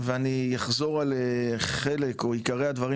ואני אחזור על חלק או עיקרי הדברים